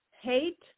hate